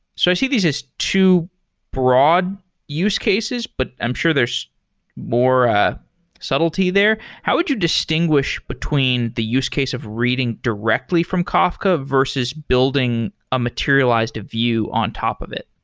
so i see these as two broad use cases, but i'm sure there's more ah subtlety there. how would you distinguish between the use case of reading directly directly from kafka versus building a materialized view on top of it?